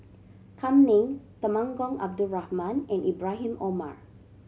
Kam Ning Temenggong Abdul Rahman and Ibrahim Omar